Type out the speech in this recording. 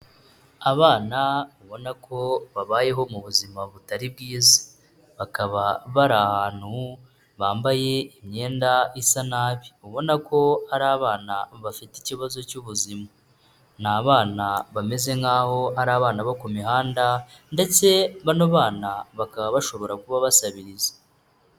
Abana ubona ko babayeho mu buzima butari bwiza, bakaba bari ahantu bambaye imyenda isa nabi, ubona ko ari abana bafite ikibazo cy'ubuzima, ni abana bameze nk'aho ari abana bo ku mihanda ndetse bano bana bakaba bashobora kuba basabiriza.